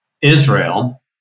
Israel